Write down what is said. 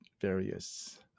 various